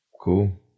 Cool